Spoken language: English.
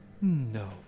No